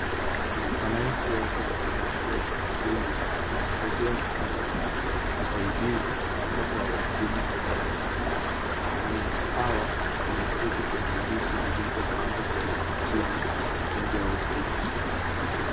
Wananchi wapo katika kituo cha huduma wakingojea kupata usaidizi kutoka kwa wahudumu wa serikali ,wananchi hawa wameketi kwenye viti vilivyopangwa kwa utaratibu nje ya ofisi.